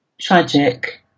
tragic